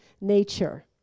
nature